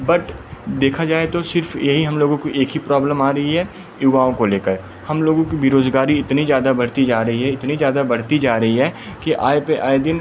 but देखा जाए तो सिर्फ यही हम लोगों को एक ही प्रॉब्लम आ रही है युवाओं को लेकर हम लोगों को बिरोज़गारी इतनी ज़्यादा बढ़ती जा रही है इतनी ज़्यादा बढ़ती जा रही है कि आए पर आए दिन